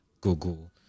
google